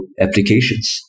applications